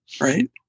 right